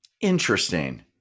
Interesting